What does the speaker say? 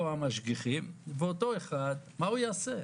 והם יהיו פה המשגיחים - ואותו אחד מה הוא יעשה?